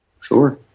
Sure